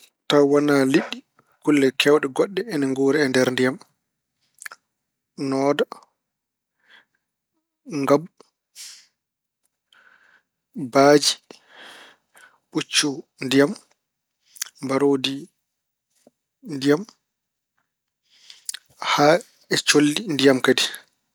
Tawa wana liɗɗi kulle keewɗe goɗɗe ina nguura e nder ndiyam: nooda, ngabu, baaji, puccu ndiyam, mbaroondi ndiyam haa e colli ndiyam kadi.